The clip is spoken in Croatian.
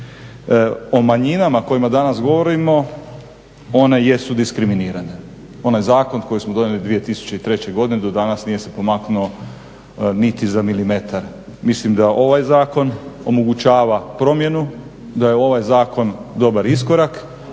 O manjinama o kojima danas govorimo one jesu diskriminirane, onaj zakon koji smo donijeli 2003. godine do danas nije se pomaknuto niti za milimetar. Mislim da ovaj Zakon omogućava promjenu, da je ovaj Zakon dobar iskorak